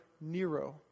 Nero